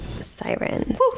sirens